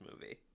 movie